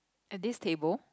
at this table